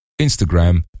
Instagram